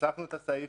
הוספנו את הסעיף,